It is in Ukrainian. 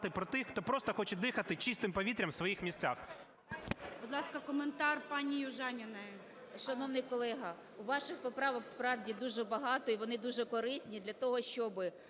про тих, хто просто хоче дихати чистим повітрям у своїх містах.